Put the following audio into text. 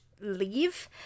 leave